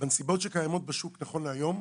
בנסיבות שקיימות בשוק נכון להיום,